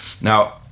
Now